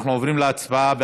אנחנו עוברים להצבעה על